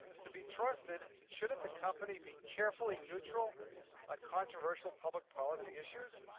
to be trusted, shouldn't the company be carefully neutral on controversial public policy issues?